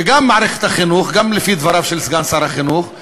וגם מערכת החינוך, גם לפי דבריו של סגן שר החינוך,